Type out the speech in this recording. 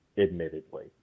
admittedly